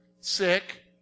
sick